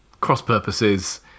cross-purposes